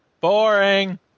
Boring